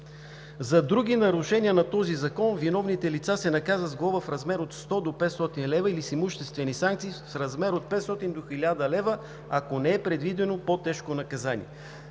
За други нарушения на този закон виновните лица се наказват с глоба в размер от 100 до 500 лв. или с имуществена санкция в размер от 500 до 1000 лв., ако не е предвидено по-тежко наказание.“